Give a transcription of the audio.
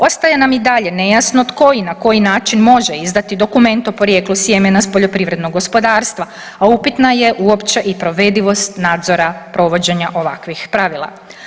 Ostaje nam i dalje nejasno tko i na koji način može izdati dokument o porijeklu sjemena s poljoprivrednog gospodarstva, a upitna je uopće i provedivost nadzora provođenja ovakvih pravila.